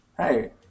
Hey